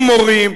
אם מורים,